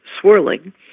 swirling